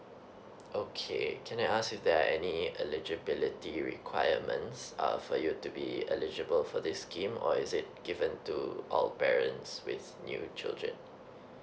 okay can I ask if there are any eligibility requirements err for you to be eligible for this scheme or is it given to our parents with new children